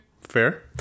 Fair